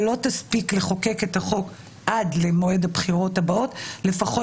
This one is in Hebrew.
שלא חייבת להיעשות התאמה אני חושבת